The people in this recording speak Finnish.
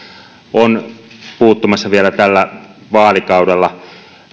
on puuttumassa vielä tällä vaalikaudella